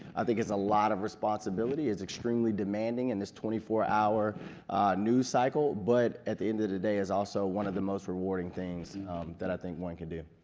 i think it's a lot of responsibility. it's extremely demanding in this twenty four hour news cycle, but at the end of the day, it's also one of the most rewarding things that i think one can do.